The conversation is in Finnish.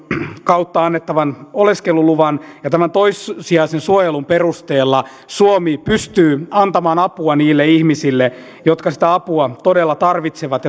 kautta annettavan oleskeluluvan ja tämän toissijaisen suojelun perusteella suomi pystyy antamaan apua niille ihmisille jotka sitä apua todella tarvitsevat